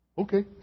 okay